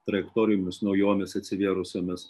trajektorijomis naujomis atsivėrusiomis